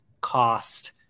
cost